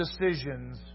decisions